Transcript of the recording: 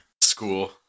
School